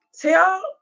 tell